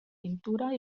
pintura